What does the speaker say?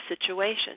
situation